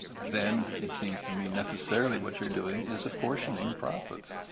then it seems to me necessarily what you're doing is apportioning profits.